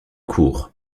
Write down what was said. court